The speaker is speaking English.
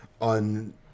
on